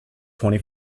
twenty